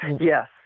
yes